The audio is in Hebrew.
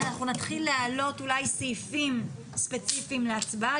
אנחנו נתחיל להעלות אולי סעיפים ספציפיים להצבעה,